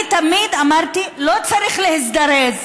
אני תמיד אמרתי, לא צריך להזדרז,